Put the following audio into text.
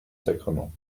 sacrement